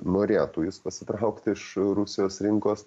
norėtų jis pasitraukti iš rusijos rinkos